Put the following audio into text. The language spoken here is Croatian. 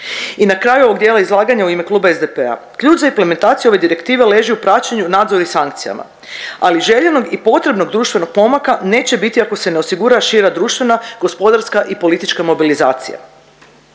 I na kraju ovog dijela izlaganja u ime kluba SDP-a, ključ za implementaciju ove direktive leži u praćenju, nadzoru i sankcijama, ali željenog i potrebnog društvenog pomaka neće biti ako se ne osigura šira društvena, gospodarska i politička mobilizacija.